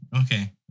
Okay